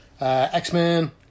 X-Men